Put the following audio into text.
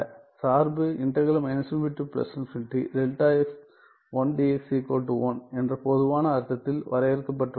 •சார்பு என்ற பொதுவான "அர்த்தத்தில்வரையறுக்கப்பட்டுள்ளது